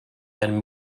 and